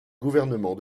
gouvernement